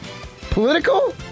Political